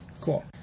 Cool